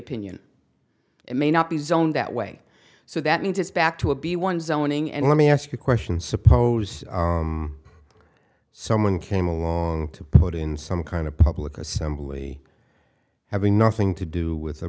opinion it may not be zoned that way so that means it's back to a be one zoning and let me ask a question suppose someone came along to put in some kind of public assembly having nothing to do with